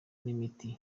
n’imiti